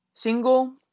Single